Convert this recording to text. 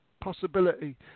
Possibility